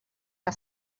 que